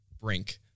brink